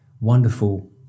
wonderful